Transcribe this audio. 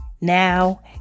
Now